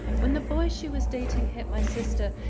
when the boy she was dating hit my sister,